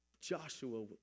Joshua